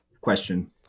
question